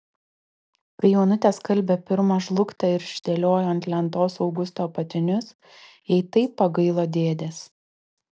kai onutė skalbė pirmą žlugtą ir išdėliojo ant lentos augusto apatinius jai taip pagailo dėdės